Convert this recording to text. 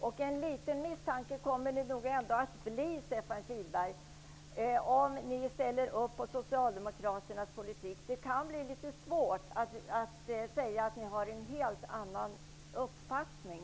Om ni, Stefan Kihlberg, ställer upp på Socialdemokraternas politik kommer det nog att kvarstå en liten misstanke. Det kan bli litet svårt för er att säga att ni har en helt annan uppfattning.